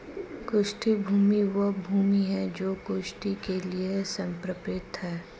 कृषि भूमि वह भूमि है जो कृषि के लिए समर्पित है